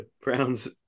Browns